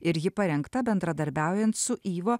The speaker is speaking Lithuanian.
ir ji parengta bendradarbiaujant su yvo